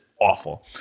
awful